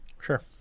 Sure